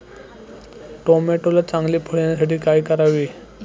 टोमॅटोला चांगले फळ येण्यासाठी काय करावे?